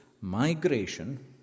migration